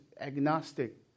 agnostic